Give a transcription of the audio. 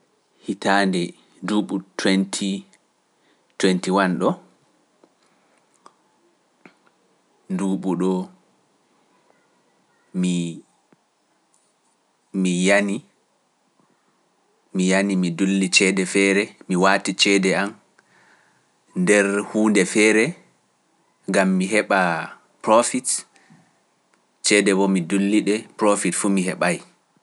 Hitaande nduuɓu ujineje didi e nogas e go (twenty twenty one) nduuɓu ɗo, mi yani, mi yani, mi dulli ceede feere, mi waati ceede am nder huunde feere, ngam mi heɓa profit, ceede wo mi dulli ɗe, profit fu mi heɓaay.